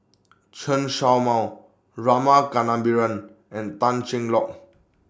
Chen Show Mao Rama Kannabiran and Tan Cheng Lock